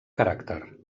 caràcter